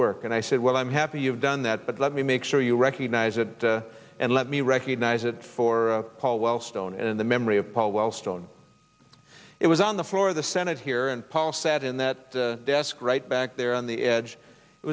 work and i said well i'm happy you've done that but let me make sure you recognize it and let me recognize it for paul wellstone in the memory of paul wellstone it was on the floor of the senate here and paul said in that desk right back there on the edge it